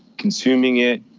consuming it,